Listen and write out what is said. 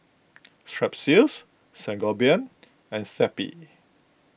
Strepsils Sangobion and Zappy